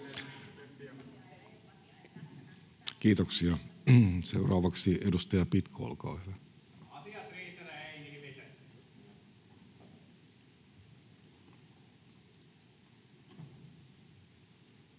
Kiitoksia. — Seuraavaksi edustaja Pitko, olkaa hyvä.